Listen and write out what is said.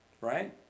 right